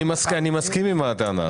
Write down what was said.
אני מסכים עם הדבר הזה.